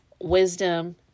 wisdom